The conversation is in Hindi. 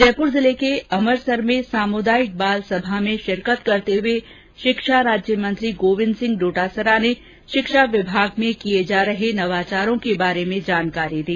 जयपुर जिले के अमरसर में सामुदायिक बाल सभा में शिरकत करते हुए शिक्षा राज्यमंत्री गोविन्द सिंह डोटासरा ने शिक्षा विभाग में किये जा रहे नवाचारों के बारे में जानकारी दी